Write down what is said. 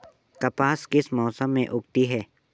कपास किस मौसम में उगती है?